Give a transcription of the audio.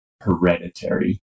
hereditary